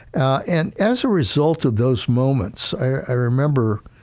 ah and as a result of those moments, i remember,